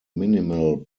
minimal